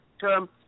term